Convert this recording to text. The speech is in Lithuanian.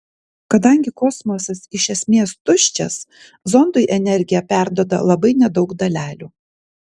kadangi kosmosas iš esmės tuščias zondui energiją perduoda labai nedaug dalelių